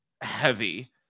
heavy